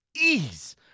ease